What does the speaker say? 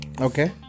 Okay